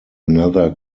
another